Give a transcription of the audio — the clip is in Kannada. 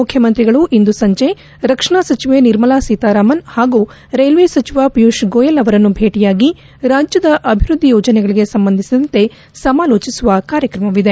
ಮುಖ್ಯಮಂತ್ರಿಗಳು ಇಂದು ಸಂಜೆ ರಕ್ಷಣಾ ಸಚಿವೆ ನಿರ್ಮಾಲ ಸೀತಾರಾಮನ್ ಹಾಗೂ ರೈಲ್ವೆ ಸಚಿವ ಪಿಯೂಷ್ ಗೊಯಲ್ ಅವರನ್ನು ಭೇಟಿಯಾಗಿ ರಾಜ್ಯದ ಅಭಿವೃದ್ಧಿ ಯೋಜನೆಗಳಿಗೆ ಸಂಬಂಧಿಸಿದಂತೆ ಸಮಾಲೋಚಿಸುವ ಕಾರ್ಯಕ್ರಮವಿದೆ